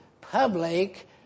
public